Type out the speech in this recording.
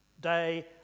day